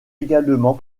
également